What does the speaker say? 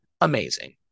amazing